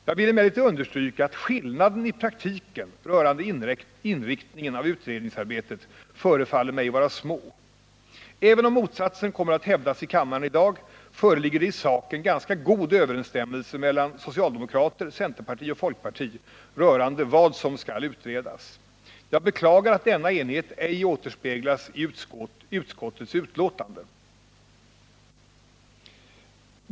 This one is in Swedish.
Jag vill emellertid understryka att skillnaderna i praktiken rörande inriktningen av utredningsarbetet förefaller mig vara små. Även om motsatsen kommer att hävdas i kammaren i dag, föreligger det i sak en ganska god överensstämmelse mellan socialdemokrater, centerpartister och folkpartister rörande vad som skall utredas. Jag beklagar att denna enighet ej återspeglas i utskottets betänkande.